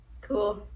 cool